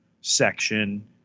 section